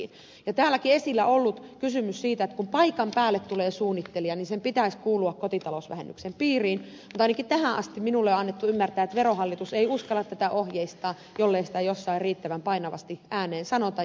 täälläkin on esillä ollut kysymys siitä että kun paikan päälle tulee suunnittelija sen pitäisi kuulua kotitalousvähennyksen piiriin mutta ainakin tähän asti minun on annettu ymmärtää että verohallitus ei uskalla tätä ohjeistaa jollei sitä jossain riittävän painavasti ääneen sanota